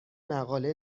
مقاله